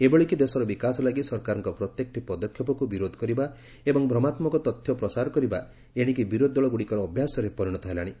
ଏଭଳିକି ଦେଶର ବିକାଶ ଲାଗି ସରକାରଙ୍କ ପ୍ରତ୍ୟେକଟି ପଦକ୍ଷେପକୁ ବିରୋଧ କରିବା ଏବଂ ଭ୍ରମାତ୍ମକ ତଥ୍ୟ ପ୍ରସାର କରିବା ଏଶିକି ବିରୋଧୀ ଦଳଗୁଡ଼ିକର ଅଭ୍ୟାସରେ ପରିଣତ ହେଲାଶି